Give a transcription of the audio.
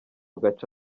gace